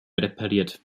repariert